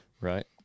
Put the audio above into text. Right